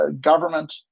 government